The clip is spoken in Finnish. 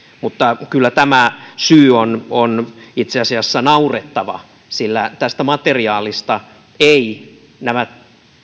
mutta kyllä tämä syy on on itse asiassa naurettava sillä tästä materiaalista eivät nämä